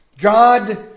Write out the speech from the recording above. God